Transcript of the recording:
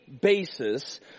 basis